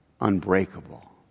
unbreakable